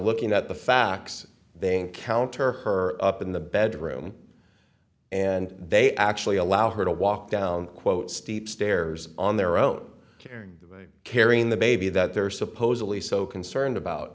looking at the facts they encounter her up in the bedroom and they actually allow her to walk down quote steep stairs on their own carrying carrying the baby that they're supposedly so concerned about